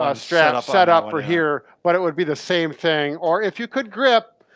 ah strap set up for here, but it would be the same thing. or if you could grip,